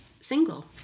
single